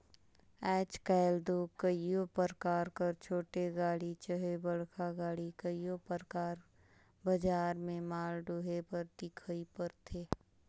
आएज काएल दो कइयो परकार कर छोटे गाड़ी चहे बड़खा गाड़ी कइयो परकार बजार में माल डोहे बर दिखई परथे